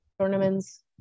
tournaments